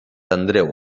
andreu